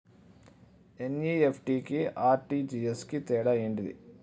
NEFT కి RTGS కు తేడా ఏంటిది?